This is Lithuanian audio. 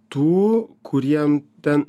tų kuriem ten